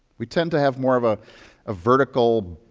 we tend to have more of a ah vertical,